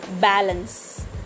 Balance